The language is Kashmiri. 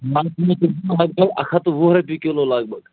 اکھ ہَتھ تہٕ وُہ رۄپیہِ کِلوٗ لگ بگ